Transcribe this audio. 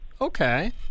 Okay